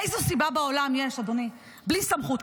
איזו סיבה בעולם יש, אדוני, בלי סמכות?